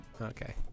Okay